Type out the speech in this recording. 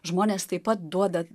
žmonės taip pat duoda